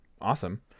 Awesome